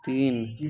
তিন